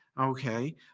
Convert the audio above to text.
okay